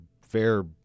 fair